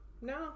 no